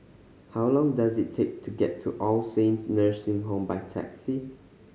how long does it take to get to All Saints Nursing Home by taxi